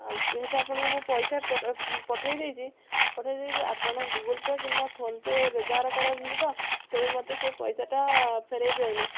ଯେହେତୁ ଆପଣଙ୍କୁ ମୁଁ ପଇସା ପଠାଇ ଦେଇଛି ପଠାଇ ଦେଇଛି ଆପଣ ଗୁଗୁଲ୍ ପେ କିମ୍ବା ଫୋନ୍ ପେ ବ୍ୟବହାର କରନ୍ତି ତ ତେବେ ମୋତେ ସେଇ ପଇସାଟା ଫେରାଇ ଦିଅନ୍ତୁ